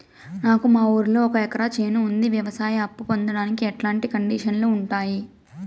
నాకు మా ఊరిలో ఒక ఎకరా చేను ఉంది, వ్యవసాయ అప్ఫు పొందడానికి ఎట్లాంటి కండిషన్లు ఉంటాయి?